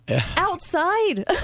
outside